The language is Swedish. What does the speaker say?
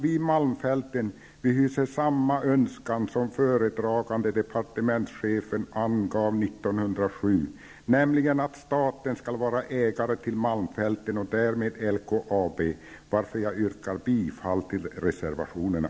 Vi i Malmfälten hyser samma önskan som föredragande departementschefen angav 1907, nämligen att staten skall vara ägare till Malmfälten och därmed LKAB, varför jag yrkar bifall till reservationerna.